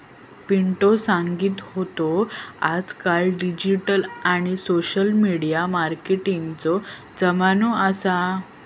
पिंटु सांगी होतो आजकाल डिजिटल आणि सोशल मिडिया मार्केटिंगचो जमानो असा